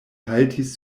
haltis